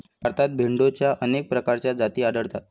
भारतात भेडोंच्या अनेक प्रकारच्या जाती आढळतात